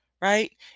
right